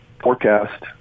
forecast